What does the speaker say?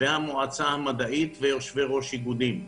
המועצה המדעית ויושבי-ראש איגודים.